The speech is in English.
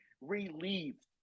relieved